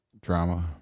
drama